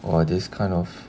!wah! this kind of